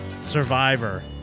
Survivor